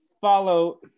follow